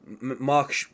Mark